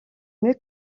mieux